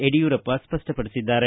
ಯಡಿಯೂರಪ್ಪ ಸ್ಪಷ್ಟಪಡಿಸಿದ್ದಾರೆ